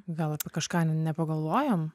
gal apie kažką nepagalvojam